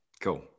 Cool